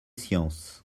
sciences